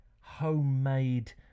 homemade